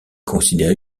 considéré